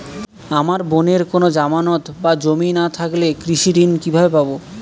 আমার বোনের কোন জামানত বা জমি না থাকলে কৃষি ঋণ কিভাবে পাবে?